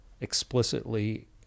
explicitly